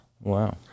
Wow